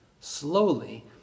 slowly